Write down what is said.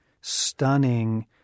stunning